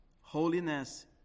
holiness